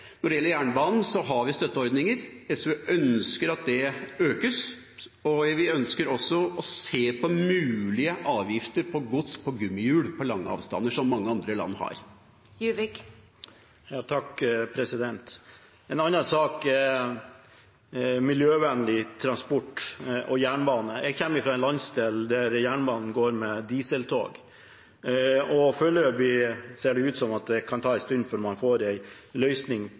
Når det gjelder jernbanen, har vi støtteordninger. SV ønsker at de økes, og vi ønsker også å se på mulige avgifter på gods på gummihjul over lange avstander, som mange andre land har. En annen sak er miljøvennlig transport og jernbane. Jeg kommer fra en landsdel der jernbanen går med dieseltog, og foreløpig ser det ut til at det kan ta en stund før man får en løsning